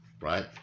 right